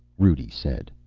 rudi said.